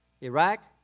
Iraq